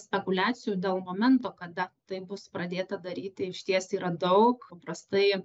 spekuliacijų dėl momento kada tai bus pradėta daryti išties yra daug paprastai